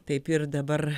taip ir dabar